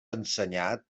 ensenyat